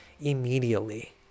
immediately